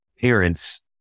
parents